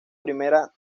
primera